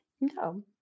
no